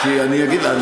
אני יודע.